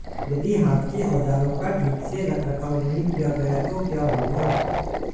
यदि हाथ के औजारों का ठीक से रखरखाव नहीं किया गया तो क्या होगा?